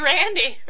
Randy